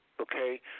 okay